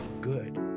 good